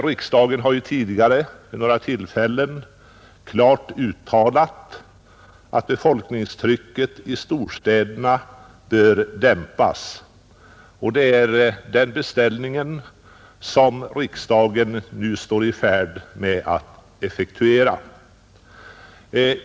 Riksdagen har ju tidigare vid några tillfällen klart uttalat att befolkningstrycket i storstäderna bör dämpas, och det är den beställningen vi nu är i färd med att effektuera.